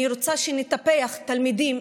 אני רוצה שנטפח תלמידים,